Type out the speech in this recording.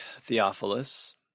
Theophilus